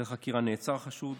מהחקירה נעצר חשוד,